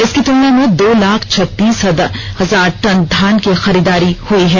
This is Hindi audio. इसकी तुलना में दो लाख छत्तीस हजार टन धान की खरीददारी हई है